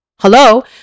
Hello